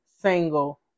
single